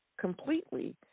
completely